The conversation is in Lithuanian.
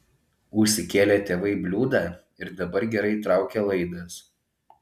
užsikėlė tėvai bliūdą ir dabar gerai traukia laidas